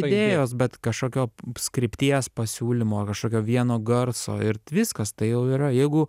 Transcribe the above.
idėjos bet kažkokio s krypties pasiūlymo ar kažkokio vieno garso ir viskas tai jau yra jeigu